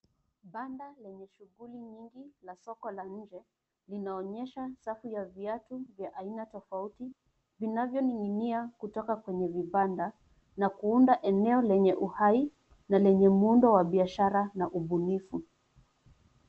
Banda lenye shughuli nyingi, la soko la nje, linaonyesha safu ya viatu vya aina tofauti, vinavyoning'inia, kutoka kwenye vibanda, na kuunda eneo lenye uhai, na lenye muundo wa biashara, na ubunifu.